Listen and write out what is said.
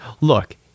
Look